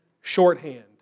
shorthand